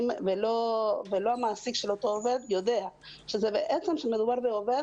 ולא המעסיק של אותו עובד יודע שבעצם מדובר בעובד